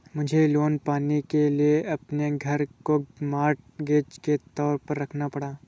मुझे लोन पाने के लिए अपने घर को मॉर्टगेज के तौर पर रखना पड़ा